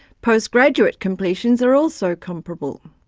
postgraduate completions are also comparable.